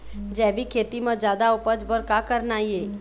जैविक खेती म जादा उपज बर का करना ये?